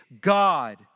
God